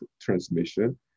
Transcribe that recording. transmission